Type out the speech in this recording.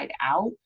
out